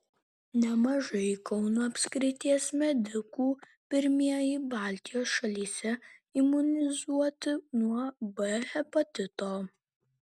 nemažai kauno apskrities medikų pirmieji baltijos šalyse imunizuoti nuo b hepatito